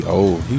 old